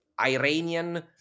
Iranian